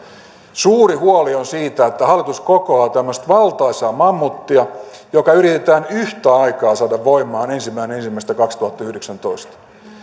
suuri huoli on siitä että hallitus kokoaa tämmöistä valtaisaa mammuttia joka yritetään yhtä aikaa saada voimaan ensimmäinen ensimmäistä kaksituhattayhdeksäntoista